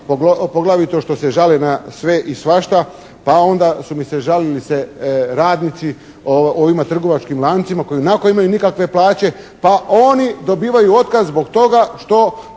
poglavito što se žale na sve i svašta pa onda su mi se žalili se radnici u ovim trgovačkim lancima koji ionako imaju nikakve plaće, pa oni dobivaju otkaz zbog toga što